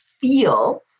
feel